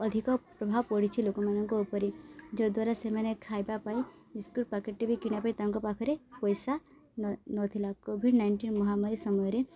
ଅଧିକ ପ୍ରଭାବ ପଡ଼ିଛି ଲୋକମାନଙ୍କ ଉପରେ ଯଦ୍ୱାରା ସେମାନେ ଖାଇବା ପାଇଁ ବିସ୍କୁଟ୍ ପ୍ୟାକଟ୍ବି କିଣିବା ପାଇଁ ତାଙ୍କ ପାଖରେ ପଇସା ନ ନଥିଲା କୋଭିଡ଼୍ ନାଇଣ୍ଟିନ୍ ମହାମାରୀ ସମୟରେ